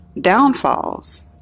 downfalls